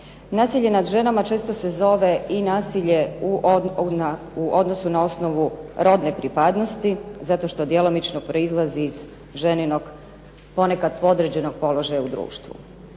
Nasilje nad ženama često se zove i nasilje u odnosu na osnovu rodne pripadnosti zato što djelomično proizlazi iz ženinog ponekad podređenog položaja u društvu.